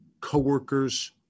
coworkers